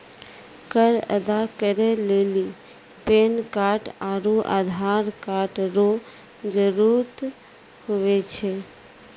कर अदा करै लेली पैन कार्ड आरू आधार कार्ड रो जरूत हुवै छै